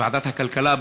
בוועדת הכלכלה,